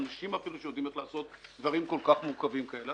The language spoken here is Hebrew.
אנשים שיודעים איך לעשות דברים כל כך מורכבים כאלה,